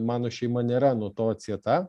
mano šeima nėra nuo to atsieta